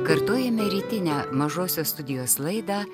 kartojame rytinę mažosios studijos laidą